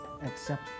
accept